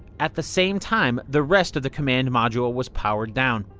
at the same time, the rest of the command module was powered down.